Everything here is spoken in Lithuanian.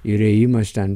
ir ėjimas ten